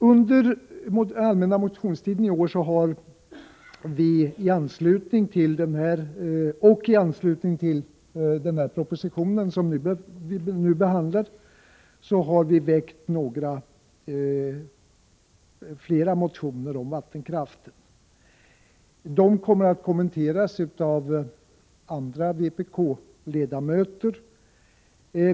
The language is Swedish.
Under den allmänna motionstiden i år och i anslutning till den proposition som vi nu behandlar har vi väckt flera motioner om vattenkraften. Motionerna kommer att kommenteras av andra vpk-ledamöter.